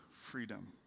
freedom